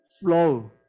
flow